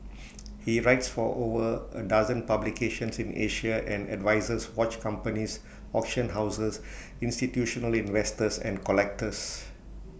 he writes for over A dozen publications in Asia and advises watch companies auction houses institutional investors and collectors